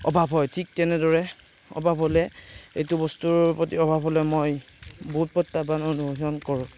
অভাৱ হয় ঠিক তেনেদৰে অভাৱ হ'লে এইটো বস্তুৰ প্ৰতি অভাৱ হ'লে মই বহুত প্ৰত্যাহ্বান অনুশীলন কৰোঁ